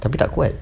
tapi tak kuat